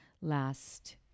last